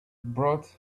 brought